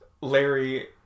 Larry